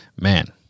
man